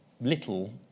little